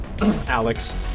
Alex